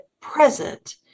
present